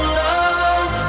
love